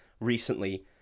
recently